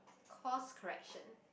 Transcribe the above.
cause correction